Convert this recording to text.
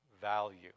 value